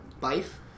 life